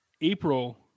April